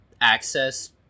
access